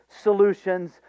solutions